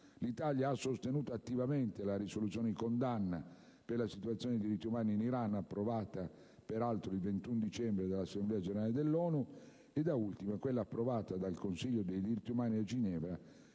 L'Italia ha sostenuto attivamente la risoluzione di condanna per la situazione dei diritti umani in Iran, approvata peraltro il 21 dicembre dall'Assemblea generale dell'ONU, e, da ultimo, quella approvata dal Consiglio dei diritti umani a Ginevra,